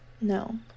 No